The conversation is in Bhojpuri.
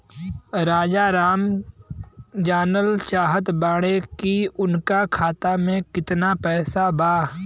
राजाराम जानल चाहत बड़े की उनका खाता में कितना पैसा बा?